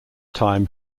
time